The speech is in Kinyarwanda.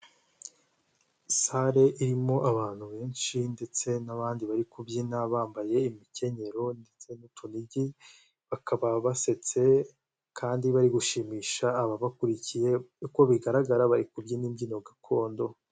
Salle irimo abantu benshi ndetse n'abandi bari kubyina bambaye imikenyero ndetse n'utunigi, bakaba bari guseka kandi bari gushimisha ababakurikiye uko bimeze bari kubyina imbyino gakondo.